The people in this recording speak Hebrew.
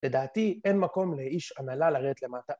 לדעתי אין מקום לאיש הנהלה לרד למטה.